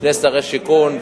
שני שרי שיכון,